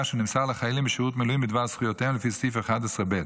שנמסר לחיילים בשירות מילואים בדבר זכויותיהם לפי סעיף 11(ב)